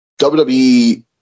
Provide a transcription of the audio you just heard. WWE